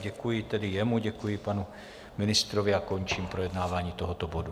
Děkuji tedy jemu, děkuji panu ministrovi a končím projednávání tohoto bodu.